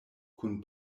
kun